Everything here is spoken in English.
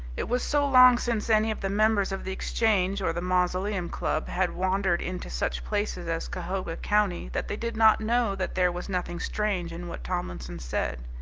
it was so long since any of the members of the exchange or the mausoleum club had wandered into such places as cahoga county that they did not know that there was nothing strange in what tomlinson said.